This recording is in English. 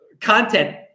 content